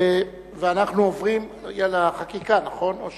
ואנחנו עוברים לחקיקה, נכון?